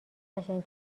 قشنگ